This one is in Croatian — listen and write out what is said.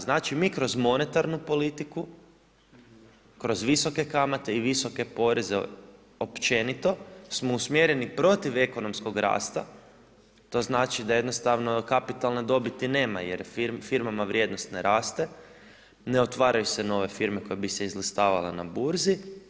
Znači mi kroz monetarnu politiku, kroz visoke kamate i visoke poreze općenito smo usmjereni protiv ekonomskog rasta, to znači da jednostavno kapitalne dobiti nema jer firmama vrijednost ne raste, ne otvaraju se nove firme koje bi se izlistavale na burzi.